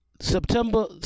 September